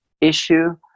issue